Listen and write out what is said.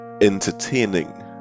entertaining